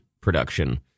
production